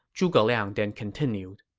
zhuge liang then continued